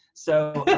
so